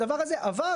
הדבר הזה עבר,